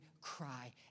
cry